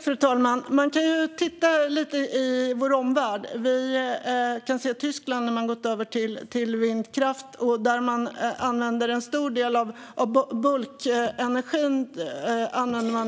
Fru talman! Man kan titta lite på vår omvärld. I Tyskland har man gått över till vindkraft och använder en stor del av bulkenergin